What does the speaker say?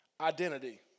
identity